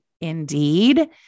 indeed